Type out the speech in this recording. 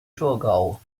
thurgau